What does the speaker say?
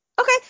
Okay